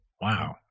Wow